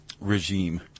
regime